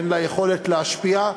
אין לה יכולת להשפיע,